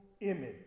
image